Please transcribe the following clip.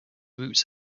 routes